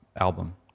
album